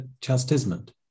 chastisement